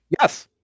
yes